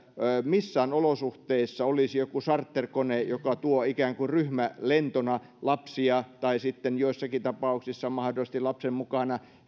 missään olosuhteissa olisi joku charterkone joka tuo ikään kuin ryhmälentona lapsia tai sitten joissakin tapauksissa mahdollisesti lapsen mukana